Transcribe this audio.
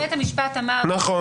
--- בית המשפט אמר "צמוד",